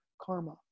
karma